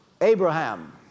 Abraham